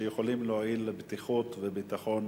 שיכולים להועיל לבטיחות ולביטחון